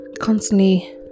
constantly